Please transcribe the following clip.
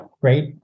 Great